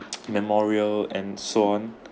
memorial and so on